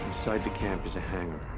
the camp is a hanger.